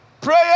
prayer